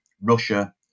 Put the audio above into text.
Russia